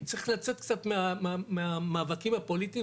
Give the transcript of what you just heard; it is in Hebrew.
אם צריך לצאת קצת מהמאבקים הפוליטיים,